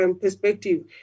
perspective